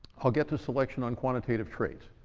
i'll get to selection on quantitative traits.